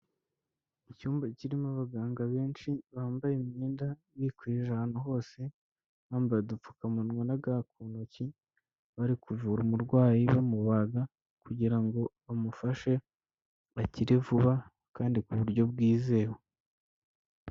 Icyumba kirimo abaganga benshi bambaye imyenda bikwije ahantu hose, bambaye udupfukamunwa na ga ku ntoki, bari kuvura umurwayi bamubaga kugira ngo bamufashe bagire vuba kandi ku buryo bwizewe.